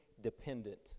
dependent